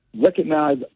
recognize